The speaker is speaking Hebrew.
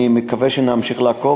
אני מקווה שנמשיך לעקוב.